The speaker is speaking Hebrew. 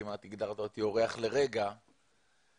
כמעט הגדרת אותי אורח לרגע --- לא,